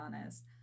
honest